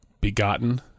Begotten